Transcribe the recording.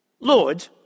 Lord